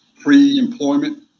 pre-employment